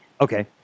Okay